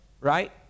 right